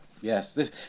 Yes